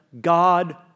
God